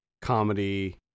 comedy